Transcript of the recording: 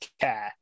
care